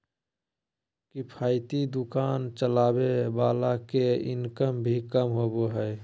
किफायती दुकान चलावे वाला के इनकम भी कम होबा हइ